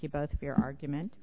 you both for your argument